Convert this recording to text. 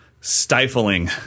stifling